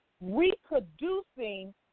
reproducing